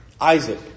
Isaac